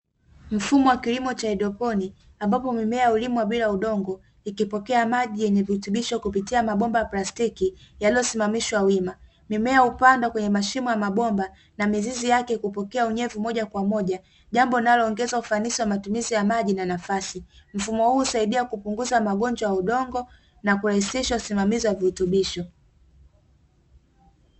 Mfumo wa kilimo cha haidroponi ambapo mimea ulimwa bila udongo ikipokea maji yenye virutubisho kupitia mabomba ya plastiki, yaliyosimamishwa wima mimea upandwa kwenye mashimo ya mabomba na mizizi yake kupokea unyevu moja kwa moja, jambo linaloongeza ufanisi wa matumizi ya maji na nafasi. Mfumo huu usaidia kupunguza magonjwa ya udongo na kurahisisha usimamizi wa virutubisho.